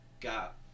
got